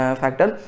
factor